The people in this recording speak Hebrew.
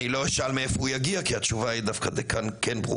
אני לא אשאל מאיפה הוא יגיע כי התשובה היא דווקא כן ברורה,